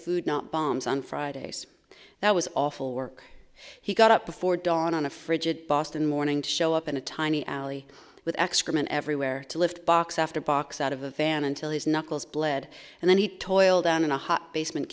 food not bombs on fridays that was awful work he got up before dawn on a frigid boston morning to show up in a tiny alley with excrement everywhere to lift box after box out of a van until his knuckles bled and then he toiled down in a hot basement